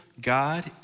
God